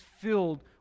filled